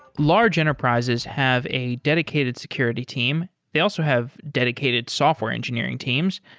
large enterprises have a dedicated security team. they also have dedicated software engineering teams.